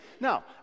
Now